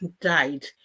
died